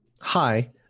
Hi